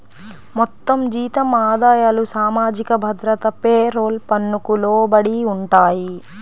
మొత్తం జీతం ఆదాయాలు సామాజిక భద్రత పేరోల్ పన్నుకు లోబడి ఉంటాయి